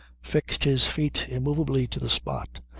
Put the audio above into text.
fixed his feet immovably to the spot,